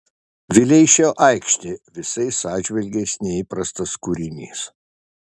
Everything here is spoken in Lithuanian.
vileišio aikštė visais atžvilgiais neįprastas kūrinys